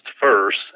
first